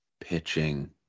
pitching